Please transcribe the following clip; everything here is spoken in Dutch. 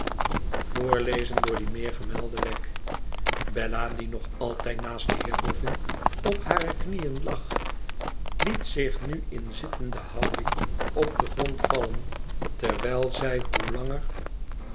voorlezen door dien meergemelden wegg ella die nog altijd naast den heer boffin op hare knieën lag liet zich nu in zittende houding op den grond vallen terwijl zij hoe langer